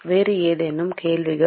வேறு ஏதேனும் கேள்விகள்